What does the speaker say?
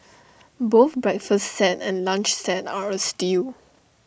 both breakfast set and lunch set are A steal